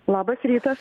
labas rytas